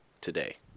today